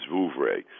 Vouvray